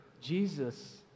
Jesus